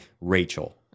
Rachel